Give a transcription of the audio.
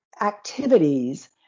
activities